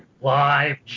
Live